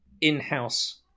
in-house